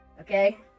okay